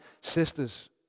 sisters